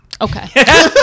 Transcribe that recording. Okay